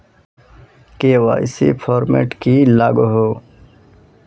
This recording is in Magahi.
के.वाई.सी फॉर्मेट की लागोहो?